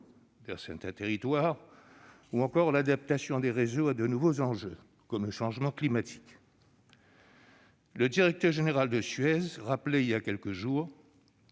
dans certains de nos territoires, ou encore l'adaptation des réseaux à de nouveaux enjeux comme le changement climatique. Le directeur général de Suez rappelait il y a quelques jours